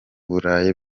burayi